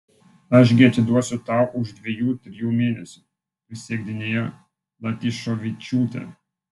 aš gi atiduosiu tau už dviejų trijų mėnesių prisiekdinėjo latyšovičiūtė